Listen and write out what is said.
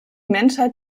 menschheit